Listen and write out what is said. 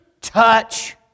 touch